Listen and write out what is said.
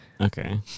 okay